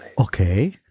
Okay